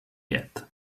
yet